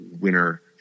winner